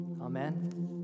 Amen